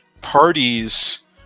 parties